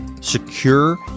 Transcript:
secure